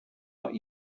not